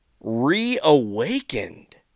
reawakened